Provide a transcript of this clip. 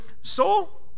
soul